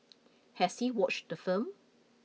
has he watched the film